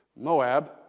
Moab